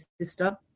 sister